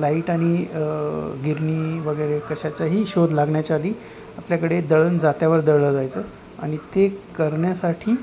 light आणि गिरणी वगैरे कशाचाही शोध लागण्याच्या आधी आपल्याकडे दळण जात्यावर दळलं जायचं आणि ते करण्यासाठी